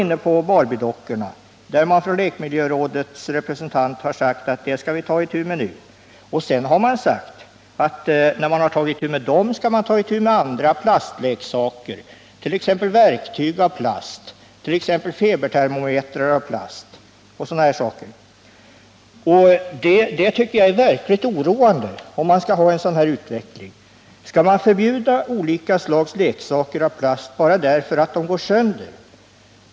Lekmiljörådets representant har nu uttalat att man skall ta itu med Barbie-dockorna. Man har också sagt att man därefter skall ta upp andra plastleksaker, t.ex. i form av verktyg, febertermometrar och liknande. Jag tycker att en sådan utveckling verkligen är oroande. Skall vi förbjuda olika slags leksaker av plast bara därför att de går sönder?